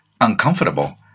uncomfortable